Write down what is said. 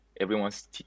Everyone's